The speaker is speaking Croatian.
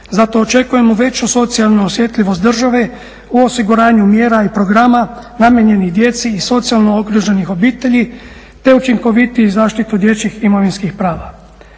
Zato očekujemo veću socijalnu osjetljivost države u osiguranju mjera i programa namijenjenih djeci i socijalno okruženih obitelji te učinkovitiju zaštitu dječjih imovinskih prava.